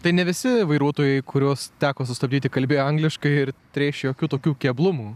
tai ne visi vairuotojai kuriuos teko sustabdyti kalbėjo angliškai ir turėjai šiokių tokių keblumų